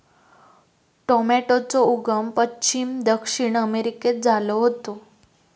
टॉमेटोचो उगम पश्चिम दक्षिण अमेरिकेत झालो होतो